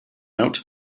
out